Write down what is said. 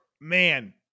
Man